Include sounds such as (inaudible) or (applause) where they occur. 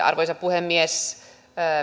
(unintelligible) arvoisa puhemies aivan lyhyesti